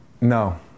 No